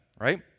right